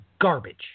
garbage